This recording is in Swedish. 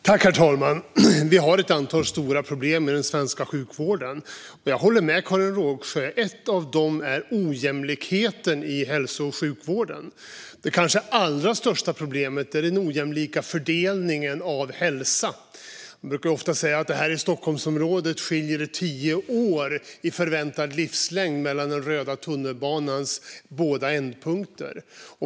Herr talman! Vi har ett antal stora problem i den svenska hälso och sjukvården. Jag håller med Karin Rågsjö om att ett av dem är ojämlikheten. Det kanske allra största problemet är den ojämlika fördelningen av hälsa. Man brukar ofta säga att det skiljer tio år i förväntad livslängd här i Stockholmsområdet mellan den röda tunnelbanans båda ändpunkter.